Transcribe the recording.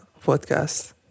podcast